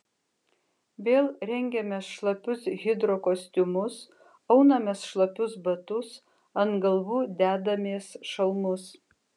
vėl rengiamės šlapius hidrokostiumus aunamės šlapius batus ant galvų dedamės šalmus